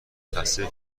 تصدیق